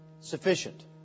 sufficient